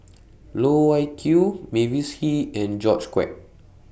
Loh Wai Kiew Mavis Hee and George Quek